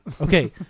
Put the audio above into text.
Okay